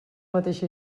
mateixa